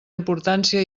importància